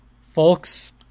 Folks